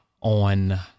on